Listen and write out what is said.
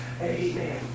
Amen